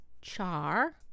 char